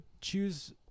choose